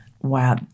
Wow